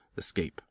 escape